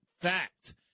fact